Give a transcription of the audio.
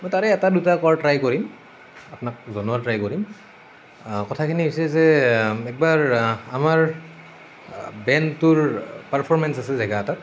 মই তাৰে এটা দুটা কোৱাৰ ট্ৰাই কৰিম আপোনাক জনোৱাৰ ট্ৰাই কৰিম কথাখিনি হৈছে যে এবাৰ আমাৰ বেণ্ডটোৰ পাৰফৰমেণ্টচ আছিল জেগা এটাত